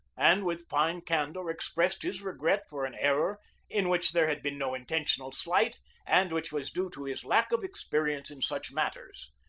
and with fine candor expressed his regret for an error in which there had been no intentional slight and which was due to his lack of experience in such mat ters.